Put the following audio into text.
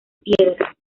piedra